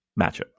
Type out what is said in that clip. matchup